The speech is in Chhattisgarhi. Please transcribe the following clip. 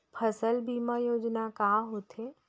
फसल बीमा योजना का होथे?